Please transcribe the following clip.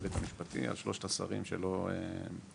על שלושת השרים שלא מתאמים